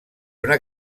una